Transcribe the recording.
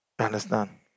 Understand